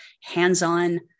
hands-on